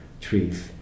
trees